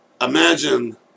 Imagine